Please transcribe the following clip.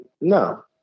no